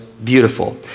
Beautiful